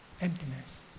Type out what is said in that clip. emptiness